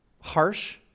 harsh